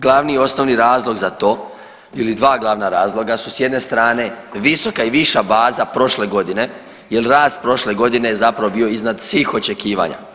Glavni i osnovni razlog za to ili dva glavna razloga su s jedne strane visoka i viša baza prošle godine, jer rast prošle godine je zapravo bio iznad svih očekivanja.